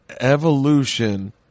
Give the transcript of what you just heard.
Evolution